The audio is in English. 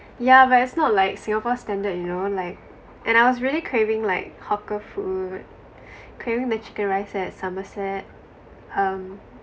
yeah but it's not like singapore standard you know like and I was really craving like hawker food craving the chicken rice at somerset um